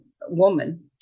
woman